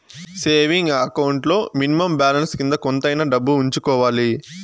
saving account లో minimum balance కింద కొంతైనా డబ్బు ఉంచుకోవాలి